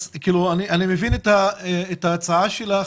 אני מבין את ההצעה שלך,